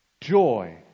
joy